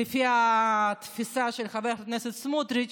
לפי התפיסה של חבר הכנסת סמוטריץ',